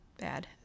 bad